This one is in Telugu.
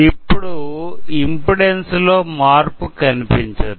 అప్పుడు ఇంపెడెన్సు లో మార్పు కనిపించదు